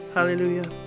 Hallelujah